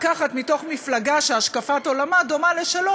לקחת מתוך מפלגה שהשקפת עולמה דומה לשלו,